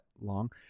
long